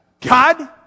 God